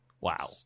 Wow